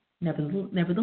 Nevertheless